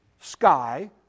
sky